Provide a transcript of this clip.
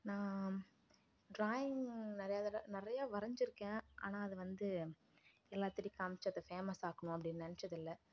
நான் டிராயிங் நிறையா தடவை நிறையா வரைஞ்சிருக்கேன் ஆனால் அது வந்து எல்லாத்திட்டையும் காமிச்சு அதை ஃபேமஸ் ஆக்கணும் அப்படின்னு நினைச்சதில்ல